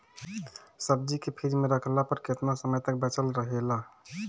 सब्जी के फिज में रखला पर केतना समय तक बचल रहेला?